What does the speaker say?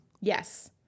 Yes